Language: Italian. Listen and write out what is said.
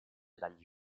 dagli